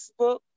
Facebook